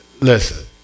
Listen